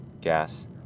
gas